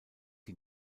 die